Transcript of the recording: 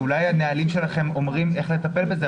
אולי הנהלים שלכם קובעים איך לטפל בזה,